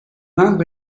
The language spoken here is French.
indre